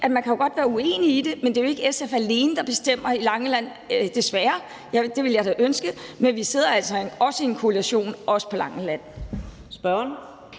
at man godt kan være uenig i det, men det er jo ikke SF alene, der bestemmer på Langeland, desværre, det ville jeg da ønske, men vi sidder altså også i en koalition på Langeland.